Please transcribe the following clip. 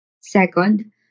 Second